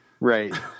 right